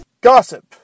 Gossip